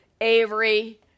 Avery